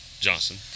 Johnson